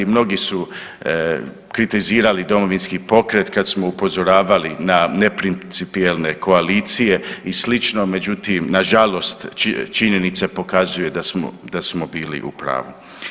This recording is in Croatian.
Mnogi su kritizirali Domovinski pokret kad smo upozoravali na neprincipijelne koalicije i slično međutim, nažalost činjenica pokazuje da smo bili u pravu.